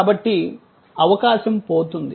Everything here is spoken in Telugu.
కాబట్టి అవకాశం పోతుంది